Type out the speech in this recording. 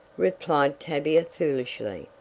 replied tavia foolishly.